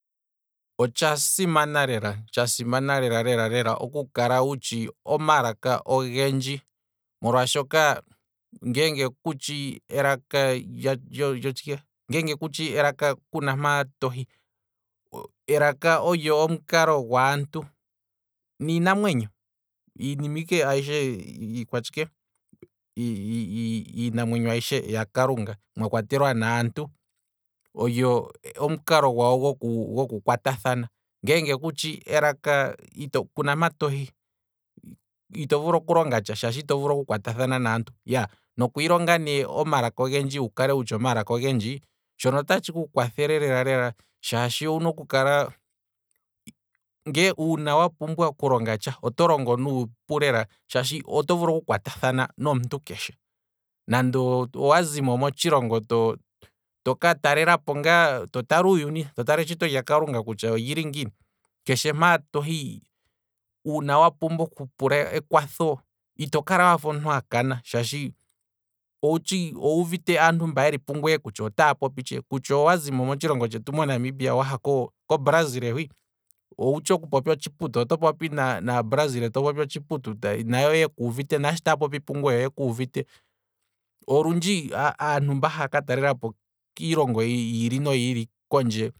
Otsha simana lela, tsha simana lela lela oku kala wutshi omalaka ogendji, molwaashoka ngeenge kutshi elaka lyo- lyo- lyotshike, ngeenge kutshi elaka, kuna mpaa tohi, elaka olyo omukalo gwaantu, niinamwenyo, iinima ike ayishe iikwatshike, iinamwenyo ayishe yakalunga mwa kwatelwa naantu, olyo omukalo gwawo goku kwatathana, ngeenge kutshi elaka, kuna mpa tohi, ito vulu okulonga tsha shaashi ito vulu oku kwatathana naantu, iyaa nokwiilonga ne omalaka ogendji wu kale wutshi omalaka ogendji, shono otatshiku kwathele lela lela shaashi owuna oku kala nge uuna wa pumbwa okulonga tsha, oto longo nuupu lela, shaashi oto vulu oku kwata thana nomuntu keshe, nande owa zimo motshilongo to- toka talelapo ngaa totala uuyuni, to tala etshito lyakalunga kutya olili ngiini, keshe mpaa tohi, uuna wapumbwa oku pula ekwatho, itofe omuntu akana, shaashi owuuvite aantu mba yeli pungweye kutya otaya popi tshee, kutya owazimo motshilongo tshetu monamibia waha kobrazil hwii, owutshi okupopya otshiputu, oto popi naabrazil otshiputu nayo yekuuvite, naashi taa popi pungweye oye kuuvite, olundji aantu mba haaka talelapo kiilongo yiili noyiili kondje